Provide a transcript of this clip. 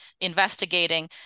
investigating